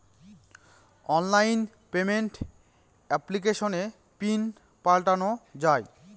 online payment এপ্লিকেশনে pin পাল্টানো যায়